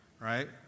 right